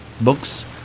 books